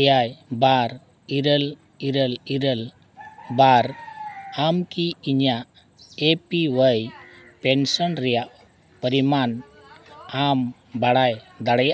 ᱮᱭᱟᱭ ᱵᱟᱨ ᱤᱨᱟᱹᱞ ᱤᱨᱟᱹᱞ ᱤᱨᱟᱹᱞ ᱵᱟᱨ ᱟᱢ ᱠᱤ ᱤᱧᱟᱹᱜ ᱤ ᱯᱤ ᱚᱣᱟᱭ ᱯᱮᱱᱥᱮᱱ ᱨᱮᱭᱟᱜ ᱯᱚᱨᱤᱢᱟᱱ ᱟᱢ ᱵᱟᱲᱟᱭ ᱫᱟᱲᱮᱭᱟᱜᱼᱟ